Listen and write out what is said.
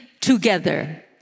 together